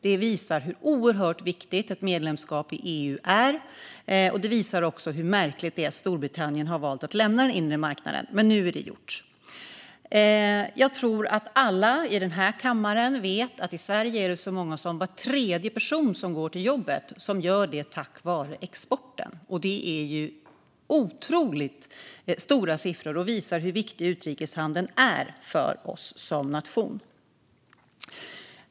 Det visar hur oerhört viktigt ett medlemskap i EU är, och det visar också hur märkligt det är att Storbritannien har valt att lämna den inre marknaden. Men nu är det gjort. Jag tror att alla i kammaren vet att det i Sverige är så många som var tredje person som går till jobbet tack vare exporten. Det är fråga om otroligt stora siffror och visar hur viktig utrikeshandeln är för oss som nation.